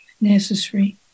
necessary